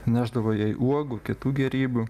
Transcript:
nešdavo jai uogų kitų gėrybių